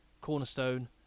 Cornerstone